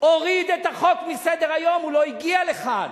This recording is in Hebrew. הוריד את החוק מסדר-היום, הוא לא הגיע לכאן.